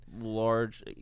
large